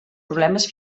problemes